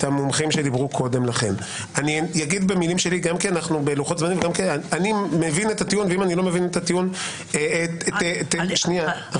אגיד במילים שלי את הטיעון, ואם לא אתה אומר: